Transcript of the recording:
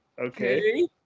okay